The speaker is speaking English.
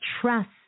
trust